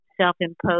self-imposed